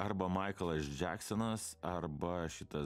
arba maiklas džeksonas arba šitas